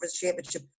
Championship